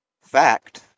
fact